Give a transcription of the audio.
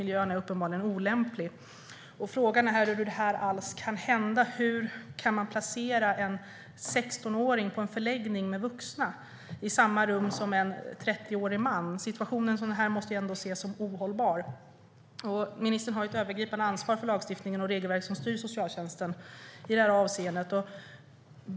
Miljön är uppenbarligen olämplig. Frågan är hur det här alls kan hända. Hur kan man placera en 16-åring på en förläggning med vuxna i samma rum som en 30-årig man? Situation måste ändå ses som ohållbar. Ministern har ett övergripande ansvar för lagstiftningen och de regelverk som styr socialtjänsten i det här avseendet.